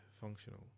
Functional